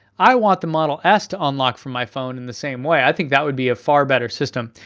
i want the model s to unlock from my phone in the same way. i think that would be a far better system.